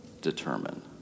determine